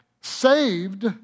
saved